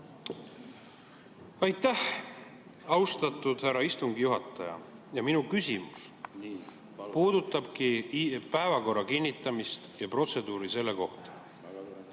Aitäh, austatud härra istungi juhataja! Minu küsimus puudutabki päevakorra kinnitamist ja protseduuri selle kohta.